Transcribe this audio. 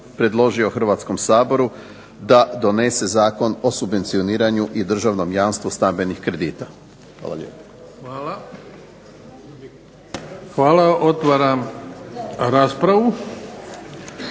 (HDZ)** Hvala. Otvaram raspravu.